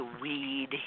Weed